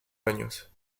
años